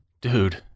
Dude